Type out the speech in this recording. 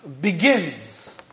begins